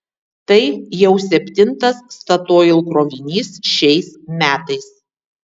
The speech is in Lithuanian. tai jau septintas statoil krovinys šiais metais